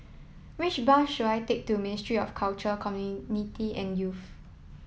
which bus should I take to Ministry of Culture and Youth